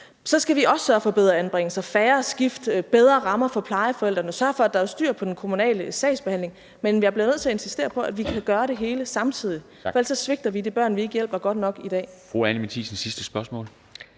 så skal vi også sørge for bedre anbringelser, færre skift og bedre rammer for plejeforældrene og sørge for, at der er styr på den kommunale sagsbehandling, men jeg bliver nødt til at insistere på, at vi kan gøre det hele samtidig, for ellers svigter vi de børn, vi ikke hjælper godt nok i dag.